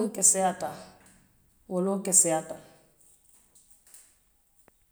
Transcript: Woloo keseyaata, woloo keseyaata le.